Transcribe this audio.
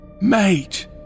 Mate